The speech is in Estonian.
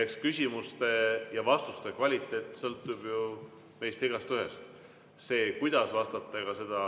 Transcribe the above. Eks küsimuste ja vastuste kvaliteet sõltub ju meist igaühest. See, kuidas vastata, ega seda